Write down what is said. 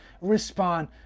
respond